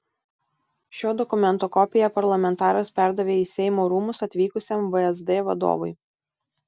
šio dokumento kopiją parlamentaras perdavė į seimo rūmus atvykusiam vsd vadovui